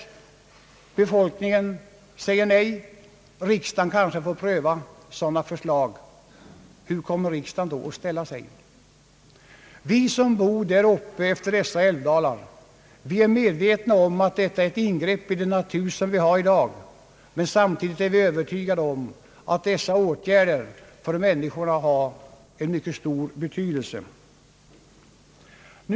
Befolkningen säger nej, riksdagen kommer kanske att få pröva sådana förslag. Hur kommer riksdagen då att ställa sig? Vi som bor där uppe utefter dessa älvdalar är medvetna om att en utbyggnad är ett ingrepp i den natur som vi har, men samtidigt är vi övertygade om att dessa åtgärder har en mycket stor betydelse för människorna.